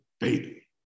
baby